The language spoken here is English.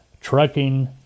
trucking